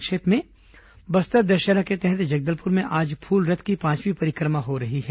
संक्षिप्त समाचार बस्तर दशहरा के तहत जगदलपुर में आज फूलरथ की पांचवीं परिक्रमा हो रही है